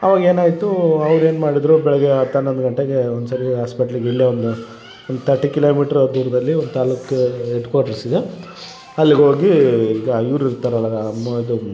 ಅವಾಗ ಏನಾಯಿತೂ ಅವ್ರು ಏನು ಮಾಡಿದರು ಬೆಳಗ್ಗೆ ಹತ್ತು ಹನ್ನೊಂದು ಗಂಟೆಗೆ ಒಂದ್ಸರಿ ಹಾಸ್ಪಿಟ್ಲಿಗೆ ಇಲ್ಲೇ ಒಂದು ಒಂದು ತರ್ಟಿ ಕಿಲೋ ಮೀಟ್ರು ದೂರದಲ್ಲಿ ಒಂದು ತಾಲೂಕು ಹೆಡ್ ಕ್ವಾಟರ್ಸ್ ಇದೆ ಅಲ್ಗೆ ಹೋಗೀ ಈಗ ಇವ್ರು ಇರ್ತಾರಲ್ಲ ಮ ಇದು